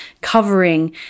covering